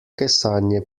kesanje